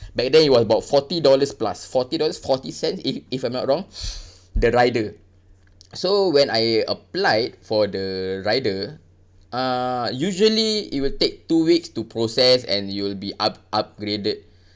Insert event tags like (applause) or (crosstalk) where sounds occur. back then it was about forty dollars plus forty dollars forty cents if if I'm not wrong (breath) the rider so when I applied for the rider uh usually it will take two weeks to process and you'll be up~ upgraded